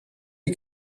die